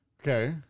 Okay